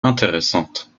intéressantes